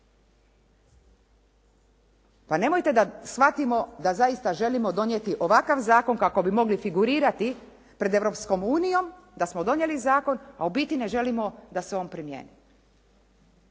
Pa nemojte da shvatimo da zaista želimo donijeti ovakav zakon kako bi mogli figurirati pred Europskom unijom, da smo donijeli zakon, a u biti ne želimo da se on primijeni.